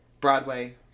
broadway